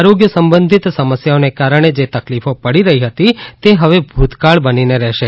આરોગ્ય સંબંધિત સમસ્યાઓને કારણે જે તકલીફો પડી રહી હતી તે હવે ભૂતકાળ બનીને રહેશે